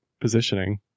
positioning